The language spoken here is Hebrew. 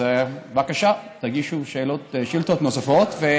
בבקשה, תגישו שאילתות נוספות.